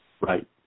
Right